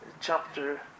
chapter